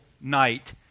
night